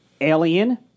Alien